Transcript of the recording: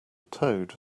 toad